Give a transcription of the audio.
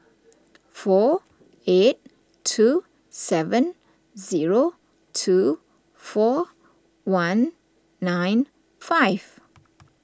four eight two seven zero two four one nine five